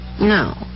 No